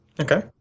Okay